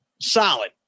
Solid